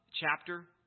chapter